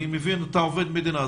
אני מבין שאתה עובד מדינה,